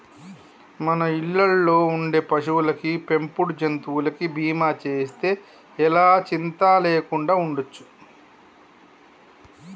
మన ఇళ్ళల్లో ఉండే పశువులకి, పెంపుడు జంతువులకి బీమా చేస్తే ఎలా చింతా లేకుండా ఉండచ్చు